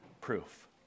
proof